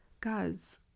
guys